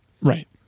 Right